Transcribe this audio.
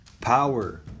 power